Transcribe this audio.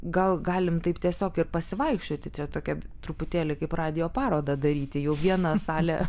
gal galim taip tiesiog ir pasivaikščioti čia tokia truputėlį kaip radijo parodą daryti jau vieną salę